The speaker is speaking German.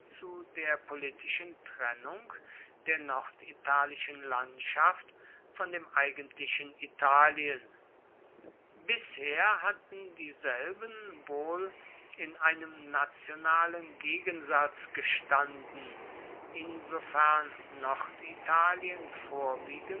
zu der politischen trennung der norditalischen landschaft von dem eigentlichen italien bisher hatten dieselben wohl in einem nationalen gegensatz gestanden insofern norditalien vorwiegend